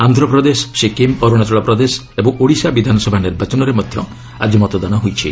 ଆନ୍ଧ୍ରପ୍ରଦେଶ ସିକିମ୍ ଅରୁଣାଚଳ ପ୍ରଦେଶ ଏବଂ ଓଡ଼ିଶା ବିଧାନସଭା ନିର୍ବାଚନରେ ମଧ୍ୟ ଆକି ମତଦାନ ହୋଇଛି